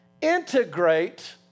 integrate